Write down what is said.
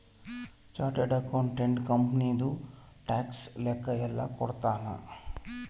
chartered accountant ಕಂಪನಿದು tax ಲೆಕ್ಕ ಯೆಲ್ಲ ನೋಡ್ಕೊತಾನ